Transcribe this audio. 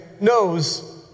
knows